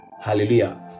hallelujah